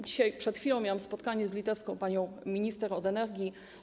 Dzisiaj, przed chwilą miałam spotkanie z litewską panią minister od energii.